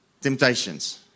temptations